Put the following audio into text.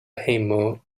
hejmo